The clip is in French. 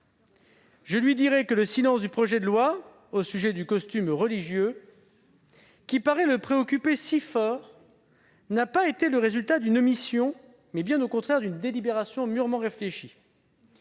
je lui dirai que le silence du projet de loi au sujet du costume ecclésiastique, qui paraît le préoccuper si fort, n'a pas été le résultat d'une omission, mais bien au contraire d'une délibération mûrement réfléchie.